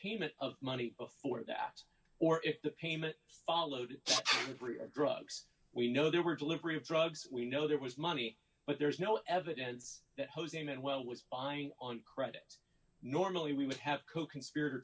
payment of money before that or if the payment followed agree or drugs we know there were delivery of drugs we know there was money but there's no evidence that jose manuel was buying on credit normally we would have coconspirator